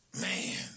man